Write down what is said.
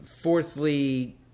Fourthly